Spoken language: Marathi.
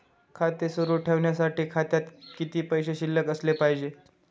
खाते सुरु ठेवण्यासाठी खात्यात किती पैसे शिल्लक असले पाहिजे?